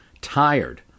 tired